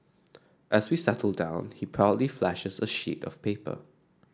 as we settle down he proudly flashes a sheet of paper